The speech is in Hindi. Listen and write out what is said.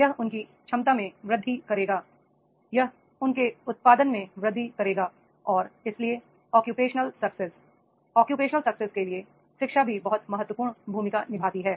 यह उनकी क्षमता में वृद्धि करेगा यह उनके उत्पादन में वृद्धि करेगा और इसलिए ऑक्यूपेशनल सक्सेस ऑक्यूपेशनल सक्सेस के लिए शिक्षा भी बहुत महत्वपूर्ण भूमिका निभाती है